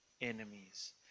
enemies